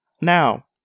Now